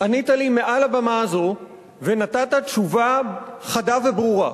ענית לי מעל הבמה הזו ונתת תשובה חדה וברורה,